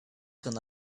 gonna